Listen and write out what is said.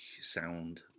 sound